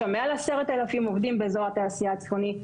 יש שם מעל 10,000 עובדים באזור התעשייה הצפוני.